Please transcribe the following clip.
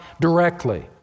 directly